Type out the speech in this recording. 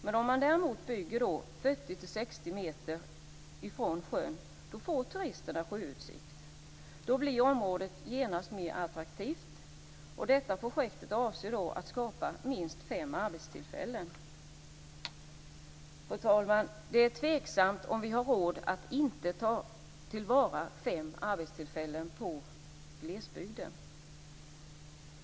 Men bygger man däremot 40-60 meter från sjön får turisterna sjöutsikt. Då blir området genast mer attraktivt. Detta projekt avser att skapa minst fem arbetstillfällen. Fru talman! Det är tveksamt om vi har råd att inte ta till vara fem arbetstillfällen i glesbygden.